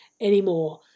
anymore